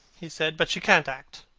he said, but she can't act.